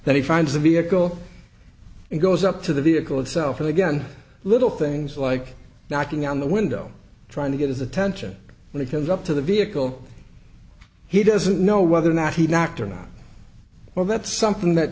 then he finds the vehicle and goes up to the vehicle itself again little things like knocking on the window trying to get his attention when he comes up to the vehicle he doesn't know whether or not he knocked or not or that something that